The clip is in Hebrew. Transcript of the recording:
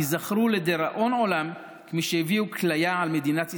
תיזכרו לדיראון עולם כמי שהביאו כליה על מדינת ישראל,